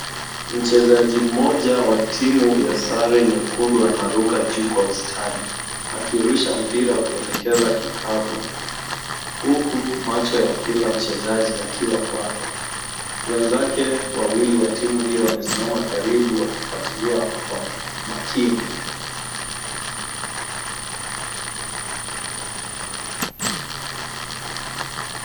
Mchezaji mmoja wa timu ya sare nyekundi anaruka juu kwa ustadi akirusha mpira kuelekea kikapu huku macho ya kila mchezaji yakiwa kwake. Wenzake wawili wa timu hiyo wamesimama karibu wakifuatilia kwa makini.